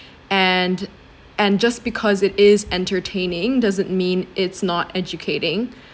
and and just because it is entertaining doesn't mean it's not educating